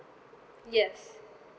yes